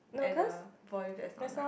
at a volume that is not loud